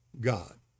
God